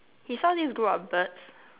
he saw this group of birds